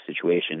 situation